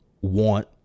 want